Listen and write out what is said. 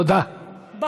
תודה, תודה.